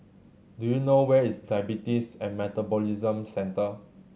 do you know where is Diabetes and Metabolism Centre